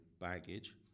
baggage